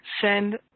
send